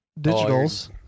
digitals